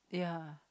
ya